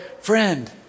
friend